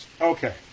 Okay